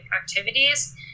activities